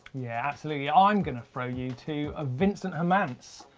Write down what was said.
yeah absolutely, i'm gonna throw you too a vincehermance.